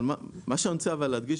מה שאני רוצה להדגיש,